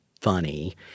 funny